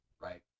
right